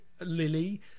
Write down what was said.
Lily